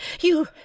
You